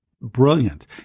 brilliant